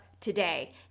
today